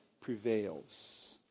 prevails